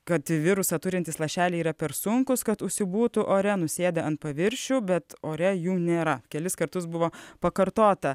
kad virusą turintys lašeliai yra per sunkūs kad užsibūtų ore nusėda ant paviršių bet ore jų nėra kelis kartus buvo pakartota